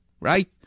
right